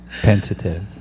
Pensive